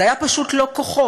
זה היה פשוט "לא כוחות",